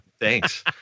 thanks